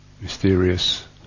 mysterious